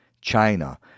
China